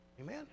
amen